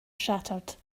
shattered